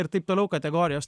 ir taip toliau kategorijos